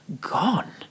gone